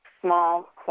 small